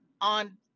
on